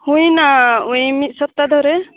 ᱦᱩᱭ ᱮᱱᱟ ᱳᱭ ᱢᱤᱜ ᱥᱚᱯᱛᱟ ᱫᱷᱚᱨᱮ